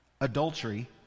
adultery